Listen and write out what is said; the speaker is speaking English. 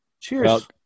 Cheers